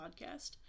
Podcast